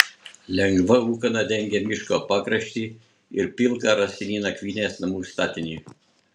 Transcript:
lengva ūkana dengė miško pakraštį ir pilką rąstinį nakvynės namų statinį